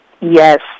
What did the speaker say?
Yes